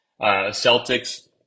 Celtics